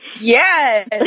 yes